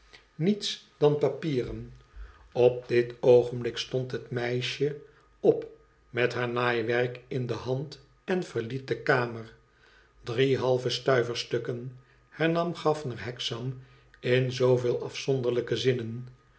niets dan papieren op dit oogenblik stond het meisje op met haar naaiwerk in de hand en verliet de kamer drie halve stuiverstukken hernam gaffer hexam in zooveel afzonderlijke zinnen